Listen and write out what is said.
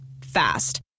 Fast